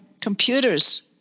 computers